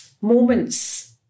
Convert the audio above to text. moments